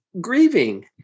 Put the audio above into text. grieving